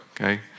Okay